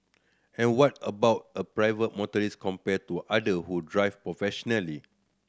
and what about a private motorist compared to other who drive professionally